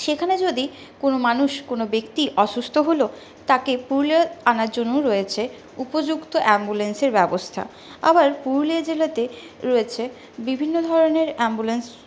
সেখানে যদি কোনো মানুষ কোনও ব্যক্তি অসুস্থ হল তাকে পুরুলিয়া আনার জন্য রয়েছে উপযুক্ত অ্যাম্বুলেন্সের ব্যবস্থা আবার পুরুলিয়া জেলাতে রয়েছে বিভিন্ন ধরণের অ্যাম্বুলেন্স